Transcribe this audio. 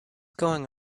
going